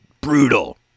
brutal